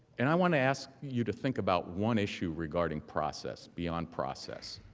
and i want to ask you to think about one issue regarding process, beyond process,